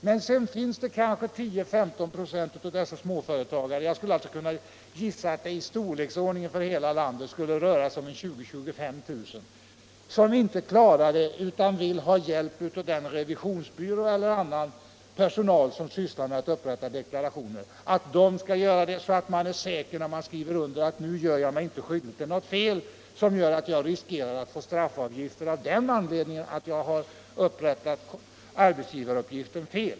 Men det kanske finns 10-15 ?5 av småföretagarna — jag skulle gissa att det för hela landet skulle röra sig om storleksordningen 20 000-25 000 — som inte klarar detta utan vill ha hjälp av en revisionsbyrå, eller annan personal som sysslar med att upprätta deklarationer, för att vara säkra på att när man skriver under inte göra sig skyldig till något fel som gör att man riskerar att påföras straffavgift.